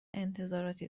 انتظاراتی